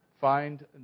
find